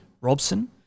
Robson